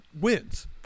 wins